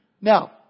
Now